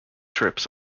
trips